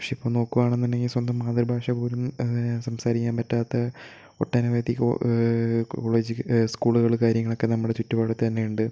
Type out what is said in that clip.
പക്ഷെ ഇപ്പോൾ നോക്കുകയാണെന്നുണ്ടെങ്കിൽ സ്വന്തം മാതൃഭാഷ പോലും സംസാരിക്കാൻ പറ്റാത്ത ഒട്ടനവധി ഒ കോളേജ് സ്കൂളുകൾ കാര്യങ്ങളൊക്കെ നമ്മുടെ ചുറ്റുപാട് തന്നെ ഉണ്ട്